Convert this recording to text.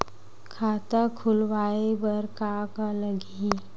खाता खुलवाय बर का का लगही?